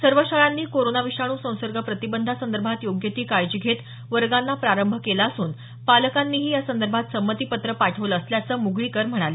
सर्व शाळांनी कोरोना विषाणू संसर्ग प्रतिबंधासंदर्भात योग्य ती काळजी घेत वर्गांना प्रारंभ केला असून पालकांनीही यासंदर्भात संमतीपत्र पाठवलं असल्याचं मुगळीकर म्हणाले